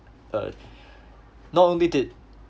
uh not only did